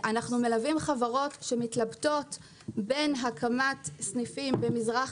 אנחנו מלווים חברות שמתלבטות בין הקמת סניפים במזרח